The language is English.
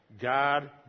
God